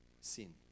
sin